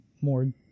more